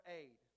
aid